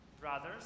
brothers